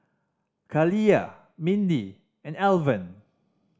Kaliyah Mindi and Alvan